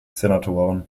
senatoren